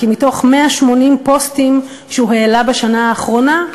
כי מתוך 180 פוסטים שהוא העלה בשנה האחרונה,